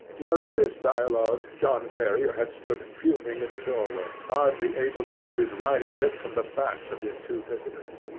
during this dialogue, john ferrier had stood fuming in the doorway, hardly able to keep his riding-whip from the backs of his two visitors.